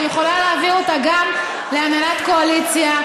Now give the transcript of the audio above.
את יכולה להביא אותה גם להנהלת קואליציה,